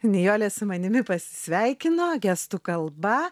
nijolė su manimi pasisveikino gestų kalba